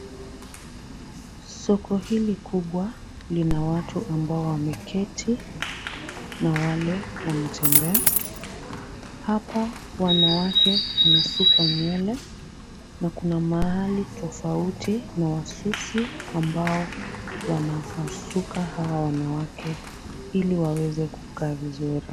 Soko hili kubwa lina watu ambao wameketi na wale wanatembea. Hapa wanawake wanasukwa nywele na kuna mahali tofauti na wasusi ambao wanawasuka hawa wanawake ili waweze kukaa vizuri.